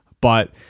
but-